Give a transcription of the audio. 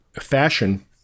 fashion